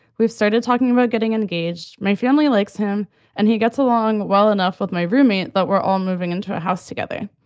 we've started talking about getting engaged. my family likes him and he gets along well enough with my roommate. but we're all moving into a house together.